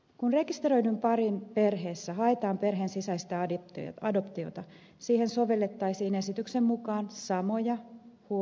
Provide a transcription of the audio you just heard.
kun rekisteröidyn parin perheessä haetaan perheen sisäistä adoptiota siihen sovellettaisiin esityksen mukaan samoja huom